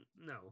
no